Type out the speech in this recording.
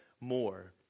more